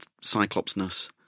Cyclops-ness